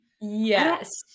Yes